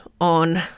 on